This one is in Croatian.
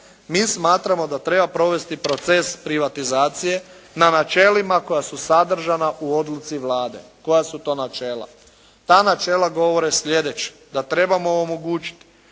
mi smatramo da treba provesti proces privatizacije na načelima koja su sadržana u odluci Vlade. Koja su to načela? Ta načela govore sljedeće. Da trebamo omogućiti